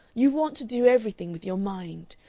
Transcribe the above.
you want to do everything with your mind.